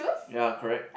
ya correct